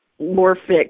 morphic